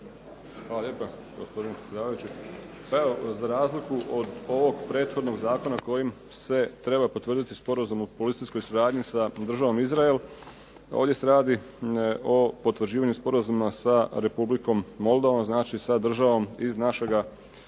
Hvala lijepa gospodine predsjedavajući. Evo za razliku od ovog prethodnog Zakona kojim se treba potvrditi sporazum o policijskoj suradnji sa državom Izrael ovdje se radi o potvrđivanju Sporazuma sa Republikom MOldovom, znači sa državom iz našega